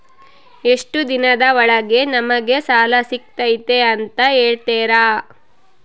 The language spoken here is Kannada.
ಎಷ್ಟು ದಿನದ ಒಳಗೆ ನಮಗೆ ಸಾಲ ಸಿಗ್ತೈತೆ ಅಂತ ಹೇಳ್ತೇರಾ?